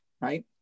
right